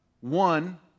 One